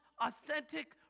authentic